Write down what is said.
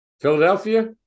Philadelphia